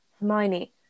Hermione